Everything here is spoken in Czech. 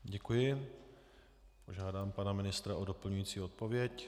Děkuji, požádám pana ministra o doplňující odpověď.